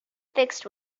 fixed